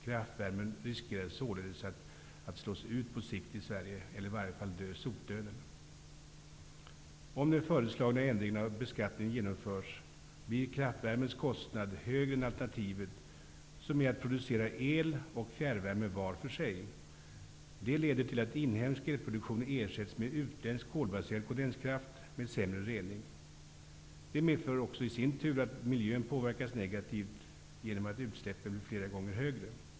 Kraftvärmen riskerar således att slås ut på sikt i Sverige eller att i varje fall dö sotdöden. Om den föreslagna ändringen av beskattningen genomförs, blir kraftvärmens kostnad högre än alternativet, som är att producera el och fjärrvärme var för sig. Det leder till att inhemsk elproduktion ersätts med utländsk kolbaserad kondenskraft med sämre rening. Det medför i sin tur att miljön påverkas negativt genom att utsläppen blir flera gånger högre.